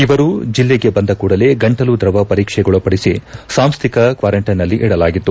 ಇವರು ಜಿಲ್ಲೆಗೆ ಬಂದ ಕೊಡಲೇ ಗಂಟಲು ದ್ರವ ಪರೀಕ್ಷೆಗೊಳಪದಿಸಿ ಸಾಂಸ್ಥಿಕ ಕ್ವಾರಂಟೈನ್ನಲ್ಲಿ ಇಡಲಾಗಿತ್ತು